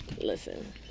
listen